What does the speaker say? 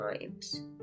times